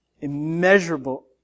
immeasurable